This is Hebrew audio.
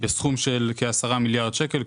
בסכום של כעשרה מיליארד שקל,